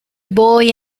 boy